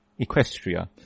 Equestria